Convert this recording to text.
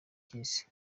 cy’isi